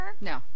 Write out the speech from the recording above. No